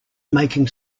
making